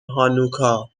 هانوکا